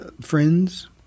friends